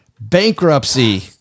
bankruptcy